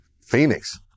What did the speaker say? Phoenix